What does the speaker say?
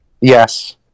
yes